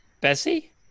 Bessie